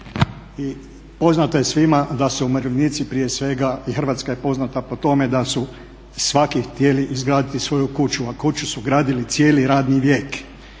poznato je svima da su umirovljenici prije svega, i Hrvatska je poznata po tome da su svaki htjeli izgraditi svoju kuću, a kuću su gradili cijeli radni vijek.